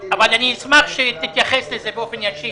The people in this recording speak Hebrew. אשמח שתתייחס לזה באופן ישיר.